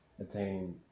attain